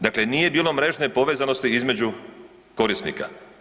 Dakle, nije bilo mrežne povezanosti između korisnika.